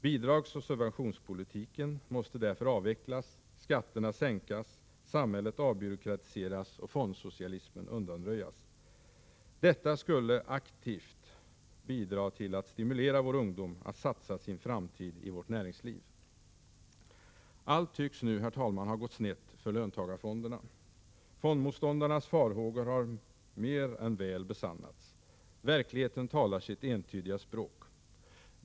Bidragsoch subventionspolitiken måste därför avvecklas, skatterna sänkas, samhället avbyråkratiseras och fondsocialismen undanröjas. Detta skulle aktivt bidra till att stimulera vår ungdom att satsa sin framtid i vårt näringsliv. Allt tycks nu, herr talman, ha gått snett för löntagarfonderna. Fondmot ståndarnas farhågor har mer än väl besannats. Verkligheten talar sitt entydiga språk!